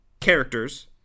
characters